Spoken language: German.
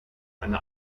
eine